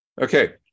Okay